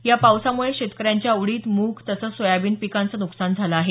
या पावसामुळे शेतकऱ्यांच्या उडीद मूग तसंच सोयाबीन पिकाचं नुकसान झालं आहे